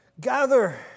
Gather